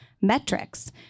metrics